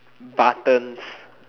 buttons